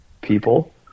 people